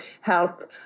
help